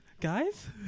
guys